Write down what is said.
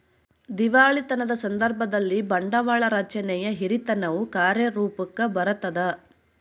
ದಿವಾಳಿತನದ ಸಂದರ್ಭದಲ್ಲಿ, ಬಂಡವಾಳ ರಚನೆಯ ಹಿರಿತನವು ಕಾರ್ಯರೂಪುಕ್ಕ ಬರತದ